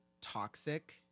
toxic